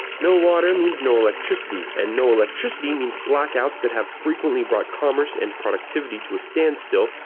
no water means no electricity, and no electricity means blackouts that have frequently brought commerce and productivity to a standstill,